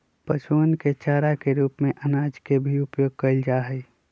पशुअन के चारा के रूप में अनाज के भी उपयोग कइल जाहई